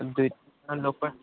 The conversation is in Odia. ଦୁଇଜଣ ଲୋକ